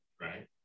Right